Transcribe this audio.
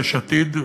יש עתיד,